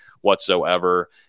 whatsoever